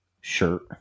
shirt